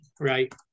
right